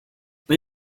they